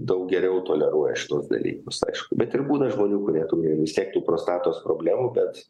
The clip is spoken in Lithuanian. daug geriau toleruoja šituos dalykus aišku bet ir būna žmonių kurie turi jau vistiek tų prostatos problemų bet